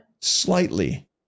Slightly